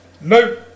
No